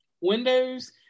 Windows